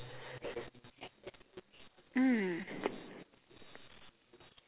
mm